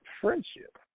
friendship